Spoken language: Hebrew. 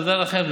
תודה לכם.